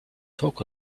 talk